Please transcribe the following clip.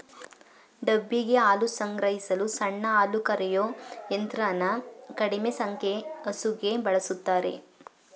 ಡಬ್ಬಿಗೆ ಹಾಲು ಸಂಗ್ರಹಿಸಲು ಸಣ್ಣ ಹಾಲುಕರೆಯೋ ಯಂತ್ರನ ಕಡಿಮೆ ಸಂಖ್ಯೆ ಹಸುಗೆ ಬಳುಸ್ತಾರೆ